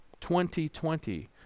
2020